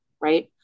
right